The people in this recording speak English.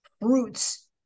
Fruits